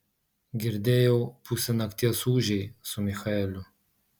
girdėjau pusę nakties ūžei su michaeliu